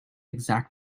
exact